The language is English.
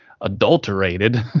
adulterated